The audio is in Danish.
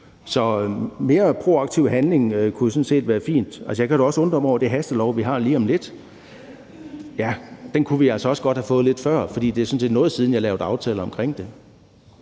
Så mere proaktiv handling kunne jo sådan set være fint. Jeg kan da også undre mig over den hastelov, vi har lige om lidt. Den kunne vi altså også godt have fået lidt før, for det er sådan set noget tid siden, vi har lavet aftaler omkring det.